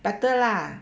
better lah